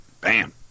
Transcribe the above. bam